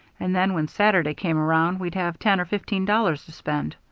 and then when saturday came around we'd have ten or fifteen dollars to spend.